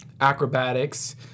acrobatics